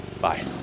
Bye